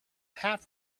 half